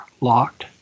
locked